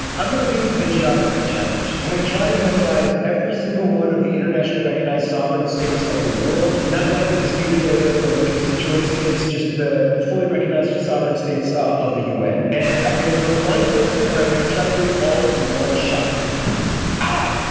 i'm i'm going to do the geography challenge i'm going to try to memorize every single one of the internationally recognized sovereign states of the world not like the disputed areas or the constituent states just the fully recognized sovereign states of the un and i'm going to do it blindfolded and i'm going to try to do it all in one shot ah,